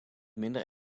minder